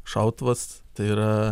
šautuvas tai yra